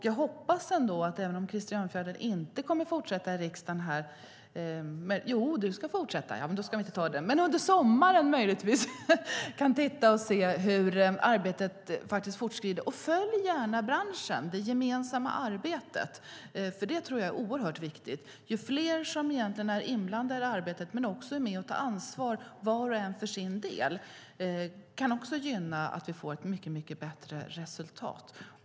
Jag hoppas att Krister Örnfjäder under sommaren kan se hur arbetet fortskrider. Följ gärna det gemensamma arbetet inom branschen! Det tror jag nämligen är oerhört viktigt. Om fler är inblandade i arbetet och är med och tar ansvar var och en för sin del kan det bidra till att vi får ett mycket bättre resultat.